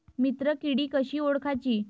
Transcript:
मित्र किडी कशी ओळखाची?